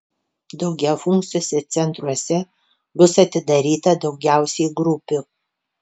daugiafunkciuose centruose bus atidaryta daugiausiai grupių